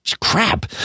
crap